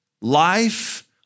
life